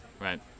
Right